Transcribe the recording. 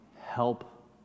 Help